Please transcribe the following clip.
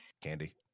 Candy